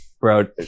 bro